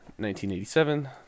1987